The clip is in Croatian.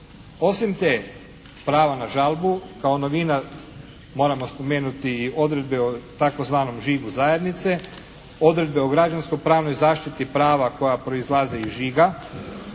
Osim te prava na žalbu kao novina moramo spomenuti i odredbe o tzv. žigu zajednice, odredbe o građansko-pravnoj zaštiti prava koja proizlazi iz žiga